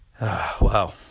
Wow